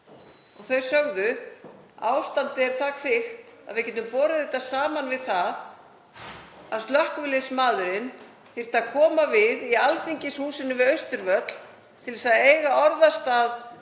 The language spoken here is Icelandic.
Þau sögðu: Ástandið er það kvikt að við getum borið það saman við að slökkviliðsmaðurinn þyrfti að koma við í Alþingishúsinu við Austurvöll til að eiga orðastað